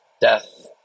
Death